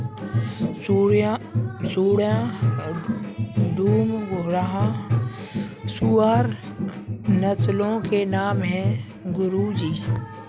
पूर्णिया, डूम, घुर्राह सूअर नस्लों के नाम है गुरु जी